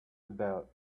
about